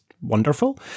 wonderful